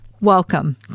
Welcome